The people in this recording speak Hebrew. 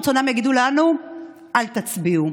ברצונם יגידו לנו "אל תצביעו".